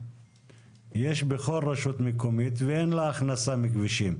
יש בכל רשות מקומית ואין לה הכנסה מכבישים.